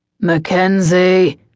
Mackenzie